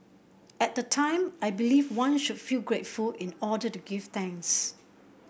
at the time I believed one should feel grateful in order to give thanks